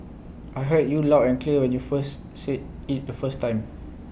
I heard you loud and clear when you first said IT the first time